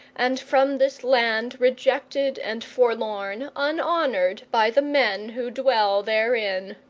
and from this land rejected and forlorn, unhonoured by the men who dwell therein.